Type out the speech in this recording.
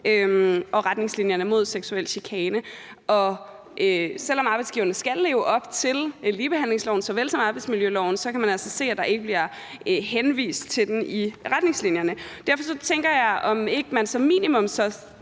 og retningslinjerne mod seksuel chikane. Selv om arbejdsgiverne skal leve op til ligebehandlingsloven såvel som arbejdsmiljøloven, kan man altså se, at der ikke bliver henvist til den i retningslinjerne. Derfor tænker jeg, om ministeren